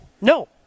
No